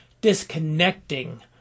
disconnecting